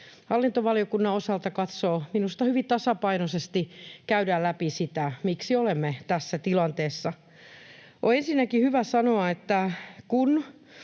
hallintovaliokunnan osalta katsoo, minusta hyvin tasapainoisesti käydään läpi sitä, miksi olemme tässä tilanteessa. On ensinnäkin hyvä sanoa, että kun